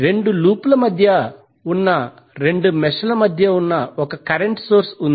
2 loop ల మధ్య ఉన్న 2 మెష్ల మధ్య 1 కరెంట్ సోర్స్ ఉంది